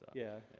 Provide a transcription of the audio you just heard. yeah.